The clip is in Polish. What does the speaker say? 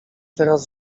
teraz